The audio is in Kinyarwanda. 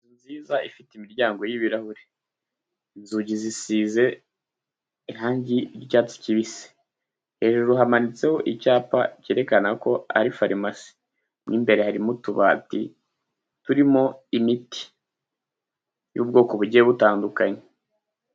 Inzu nziza ifite imiryango y'ibirahure, inzugi zisize irangi ry'icyatsi kibisi, hejuru hamanitseho icyapa cyerekana ko ari farumasi, mo imbere harimo utubati turimo imiti y'ubwoko bugiye butandukanye.